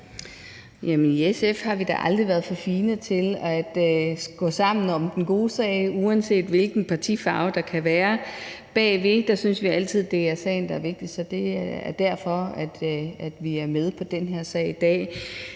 I SF har vi da aldrig været for fine til at gå sammen om den gode sag, uanset hvilken partifarve der kan være bagved. Der synes vi altid, at det er sagen, der er vigtigst. Så det er derfor, at vi er med på den her sag i dag.